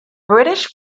british